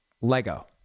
Lego